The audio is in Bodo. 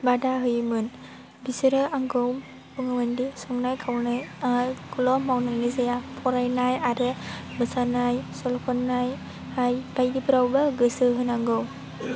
बादा होयोमोन बिसोरो आंखौ बुङोमोनदि संनाय खावनायखौल' मावनानै जाया फरायनाय आरो मोसानाय सल' खन्नाय बायदिफ्रावबो गोसो होनांगौ